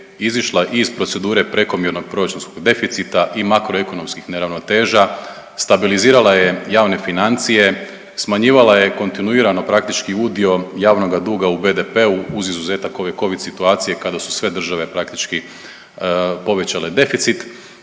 izišla iz procedure prekomjernog proračunskog deficita i makroekonomskih neravnoteža, stabilizirala je javne financije, smanjivala je kontinuirano praktički udio javnoga duga u BDP-u uz izuzetak ove covid situacije kada su sve države praktički povećale deficit.